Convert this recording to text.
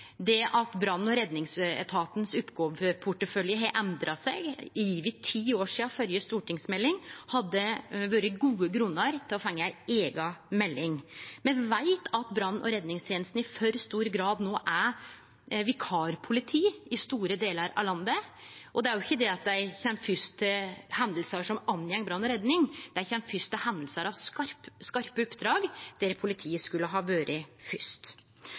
Det at brann- og redningsetatens oppgåveportefølje har endra seg – det er over ti år sidan førre stortingsmelding – hadde vore ein god grunn til å få ei eiga melding. Me veit at brann- og redningstenestene i for stor grad no er vikarpoliti i store delar av landet. Det er jo ikkje det at dei kjem fyrst til hendingar som angår brann og redning; dei kjem fyrst til hendingar som er skarpe oppdrag, der politiet skulle ha vore fyrst.